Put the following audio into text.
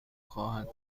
خواهد